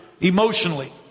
emotionally